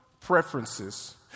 preferences